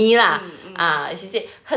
mm mm